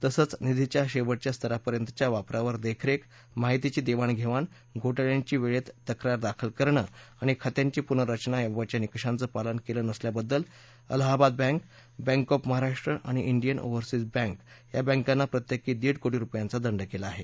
तसंच निधीच्या शेवटच्या स्तरापर्यंतच्या वापरावर देखरेख महितीची देवाणघेवाण घोटाळ्यांची वेळेत तक्रार दाखल करणं आणि खात्यांची पुनर्रचना याबाबतच्या निकषांचं पालन केलं नसल्याबद्दल Allahabad bank bank of Maharashtra आणि डियन ओव्हरसीज बँक या बँकांना प्रत्येकी दीड कोटी रुपयांचा दंड केला आहे